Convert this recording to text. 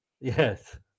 Yes